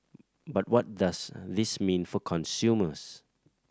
but what does this mean for consumers